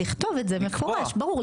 לכתוב את זה מפורש, ברור.